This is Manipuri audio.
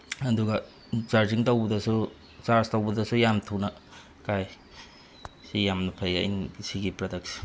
ꯑꯗꯨꯒ ꯆꯥꯔꯖꯤꯡ ꯇꯧꯕꯗꯁꯨ ꯆꯥꯔꯖ ꯇꯧꯕꯗꯁꯨ ꯌꯥꯝ ꯊꯨꯅ ꯀꯥꯏ ꯁꯤ ꯌꯥꯝꯅ ꯐꯩ ꯑꯩꯅ ꯁꯤꯒꯤ ꯄ꯭ꯔꯗꯛꯁꯤ